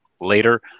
later